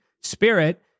Spirit